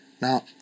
Now